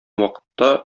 вакытта